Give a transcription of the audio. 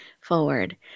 forward